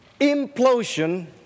implosion